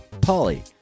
Polly